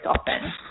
often